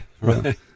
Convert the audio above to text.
Right